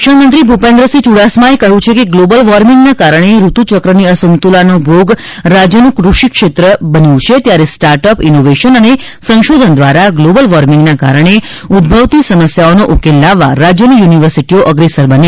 શિક્ષણમંત્રી ભુપેન્દ્રસિંહ યૂડાસમાએ કહ્યું છે કે ગ્લોબલ વોર્મિંગના કારણે ઋતુચક્રની અસમતુલાનો ભોગ રાજ્યનું કૃષિશ્રેત્ર બન્યું છે ત્યારે સ્ટાર્ટઅપ ઇનોવેશન અને સંશોધન દ્વારા ગ્લોબલ વોર્મિંગના કારણે ઉદભવતી સમસ્યાઓનો ઉકેલ લાવવા રાજ્યની યુનિવર્સીટીઓ અગ્રેસર બને